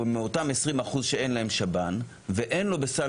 הוא מאותם 20% שאין להם שב"ן ואין לו בסל